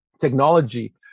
technology